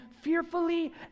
fearfully